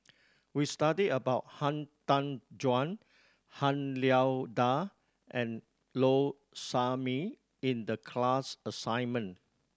we studied about Han Tan Juan Han Lao Da and Low Sanmay in the class assignment